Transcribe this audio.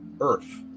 earth